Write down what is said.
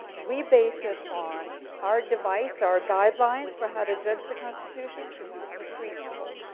we based it on our device, our guidelines for how to judge the constitution is the preamble.